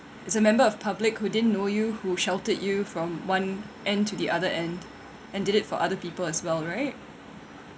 it's a member of public who didn't know you who sheltered you from one end to the other end and did it for other people as well right